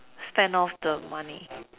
spend off the money